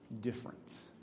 difference